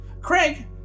craig